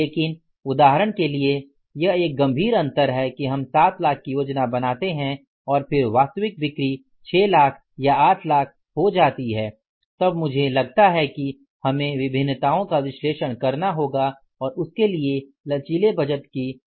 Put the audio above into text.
लेकिन उदाहरण के लिए यह एक गंभीर अंतर है कि हम 7 लाख की योजना बनाते हैं और फिर वास्तविक बिक्री 6 लाख या 8 लाख हो जाति है तब मुझे लगता है कि हमें विभिन्नताओं का विश्लेषण करना होगा और उसके लिए लचीले बजट की आवश्यकता होती हे